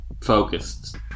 focused